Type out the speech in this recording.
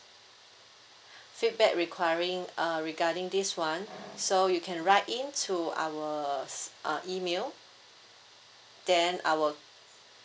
feedback requiring uh regarding this one so you can write in to our s~ uh email then our